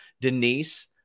Denise